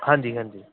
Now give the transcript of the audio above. ਹਾਂਜੀ ਹਾਂਜੀ